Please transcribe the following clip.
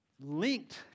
linked